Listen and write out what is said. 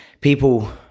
people